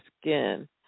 skin